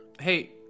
Hey